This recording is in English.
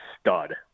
stud